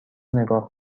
نگاه